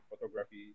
photography